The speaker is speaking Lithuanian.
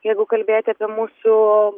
jeigu kalbėti apie mūsų